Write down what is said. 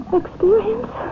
experience